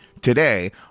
today